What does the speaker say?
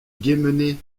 guémené